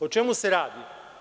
O čemu se radi?